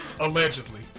Allegedly